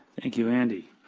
thank you, andy.